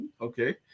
Okay